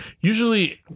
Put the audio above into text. Usually